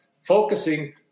focusing